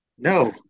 no